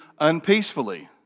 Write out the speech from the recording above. unpeacefully